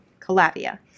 calavia